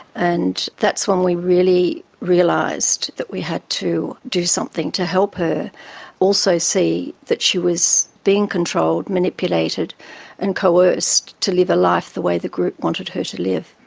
and that's when we really realised that we had to do something to help her also see that she was being controlled, manipulated and coerced to live a life the way the group wanted her to live.